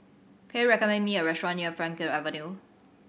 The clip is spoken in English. can you recommend me a restaurant near Frankel Avenue